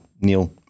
Neil